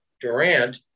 Durant